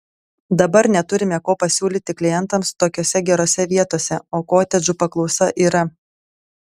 dabar neturime ko pasiūlyti klientams tokiose gerose vietose o kotedžų paklausa yra